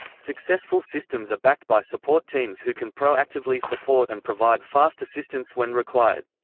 successful systems are backed by support teams who can pro-actively support and provide fast assistance when required.